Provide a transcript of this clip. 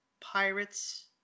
Pirates